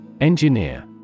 Engineer